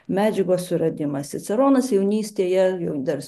medžiagos suradimas ciceronas jaunystėje jau dar